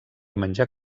menjar